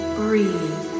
breathe